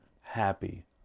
happy